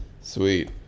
sweet